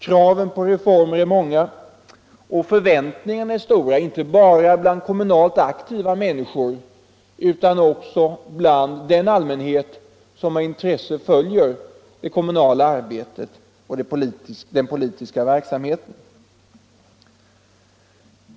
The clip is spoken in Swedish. Kraven på reformer är många och förväntningarna är stora inte bara hos kommunalt aktiva människor utan också bland den allmänhet som med intresse följer det kommunala arbetet och den politiska verksamheten.